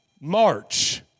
March